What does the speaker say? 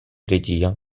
regia